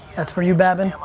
that's for you, babin.